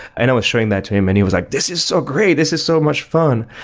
and i was showing that to him and he was like, this is so great. this is so much fun.